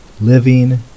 Living